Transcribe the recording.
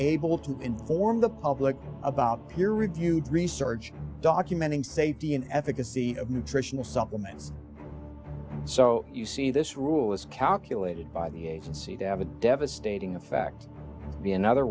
able to inform the public about peer reviewed research documenting safety and efficacy of nutritional supplements so you see this rule is calculated by the agency to have a devastating effect be another